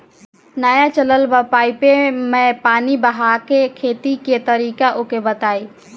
नया चलल बा पाईपे मै पानी बहाके खेती के तरीका ओके बताई?